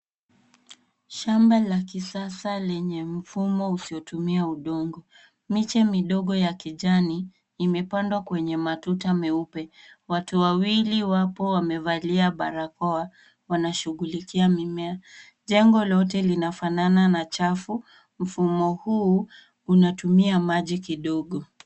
Shamba la kisasa lenye mfumo usiotumia udongo. Miche midogo ya kijani, imepandwa kwenye matuta meupe. Watu wawili wapo wamevalia barakoa, wanashughulikia mimea. Jengo lote linafanana na chafu, mfumo huu unatumia maji kidogo.